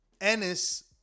Ennis